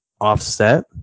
offset